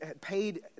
paid